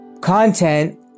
Content